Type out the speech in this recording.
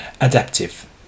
adaptive